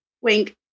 Wink